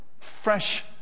fresh